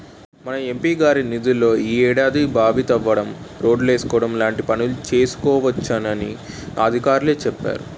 మన ఎం.పి గారి నిధుల్లో ఈ ఏడాది బావి తవ్వించడం, రోడ్లేసుకోవడం లాంటి పనులు చేసుకోవచ్చునని అధికారులే చెప్పేరు